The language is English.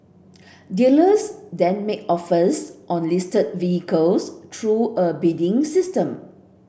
dealers then make offers on listed vehicles through a bidding system